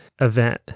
event